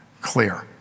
clear